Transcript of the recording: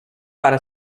para